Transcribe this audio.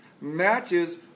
matches